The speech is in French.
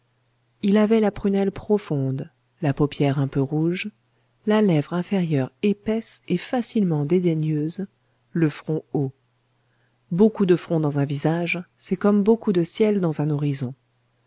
il avait la prunelle profonde la paupière un peu rouge la lèvre inférieure épaisse et facilement dédaigneuse le front haut beaucoup de front dans un visage c'est comme beaucoup de ciel dans un horizon